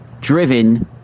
driven